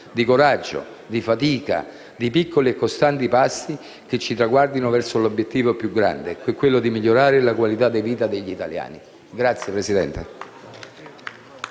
di coraggio, di fatica, di piccoli e costanti passi che ci traguardino verso l'obiettivo più grande che è quello di migliorare la qualità della vita degli italiani. *(Applausi